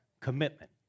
commitment